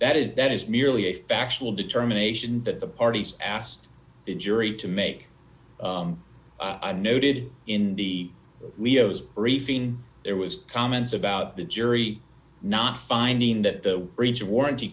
that is that is merely a factual determination that the parties asked the jury to make a noted in the leos briefing there was comments about the jury not finding that the breach of warranty